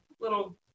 little